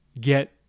Get